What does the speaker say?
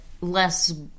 less